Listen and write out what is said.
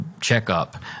checkup